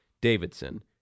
Davidson